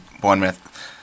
Bournemouth